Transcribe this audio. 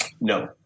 No